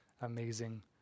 amazing